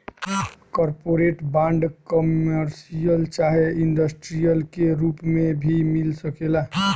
corporate bond, commercial चाहे industrial के रूप में भी मिल सकेला